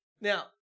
Now